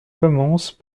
commence